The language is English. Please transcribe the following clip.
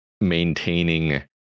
maintaining